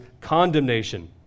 condemnation